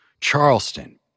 Charleston